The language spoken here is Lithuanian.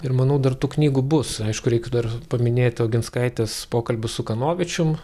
ir manau dar tų knygų bus aišku reik dar paminėti oginskaitės pokalbius su kanovičium